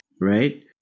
right